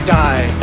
die